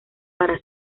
para